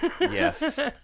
Yes